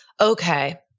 okay